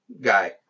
guy